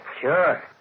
Sure